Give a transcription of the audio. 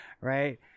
right